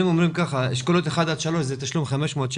באשכולות 3-1 התשלום הוא 500,